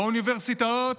באוניברסיטאות,